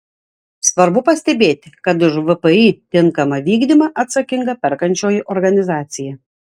svarbu pastebėti kad už vpį tinkamą vykdymą atsakinga perkančioji organizacija